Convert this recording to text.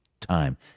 time